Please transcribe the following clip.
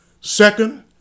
Second